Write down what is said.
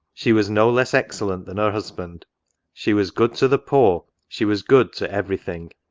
she was no less excellent than her husband she was good to the poor, she was good to every thing!